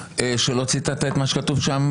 אם היית מקדם אותם כמו שצריך היית מנהל אותם בשיח.